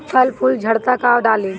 फल फूल झड़ता का डाली?